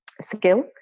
skill